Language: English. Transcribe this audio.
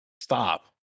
stop